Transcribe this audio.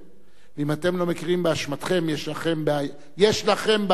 ואם אתם לא מכירים באשמתכם יש לכם בעיה גדולה,